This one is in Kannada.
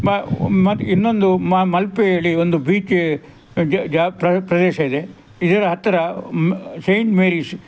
ಮ ಮತ್ತು ಇನ್ನೊಂದು ಮಲ್ಪೆಯಲ್ಲಿ ಒಂದು ಬೀಚ್ ಪ್ರದೇಶ ಇದೆ ಇದರ ಹತ್ತಿರ ಮ್ ಸೈಂಟ್ ಮೇರೀಸ್